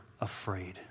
afraid